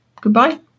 goodbye